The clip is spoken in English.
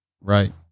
right